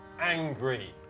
angry